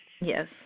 Yes